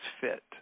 fit